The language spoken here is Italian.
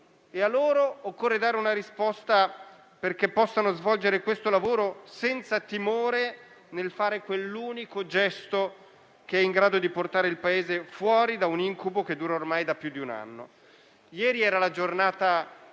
A loro occorre dare una risposta, perché possano svolgere questo lavoro senza timore nel fare quell'unico gesto che è in grado di portare il Paese fuori da un incubo che dura ormai da più di un anno.